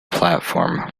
platform